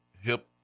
hip